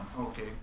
Okay